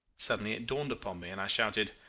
suddenly it dawned upon me, and i shouted,